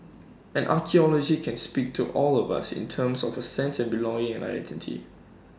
and archaeology can speak to all of us in terms of A sense of belonging and identity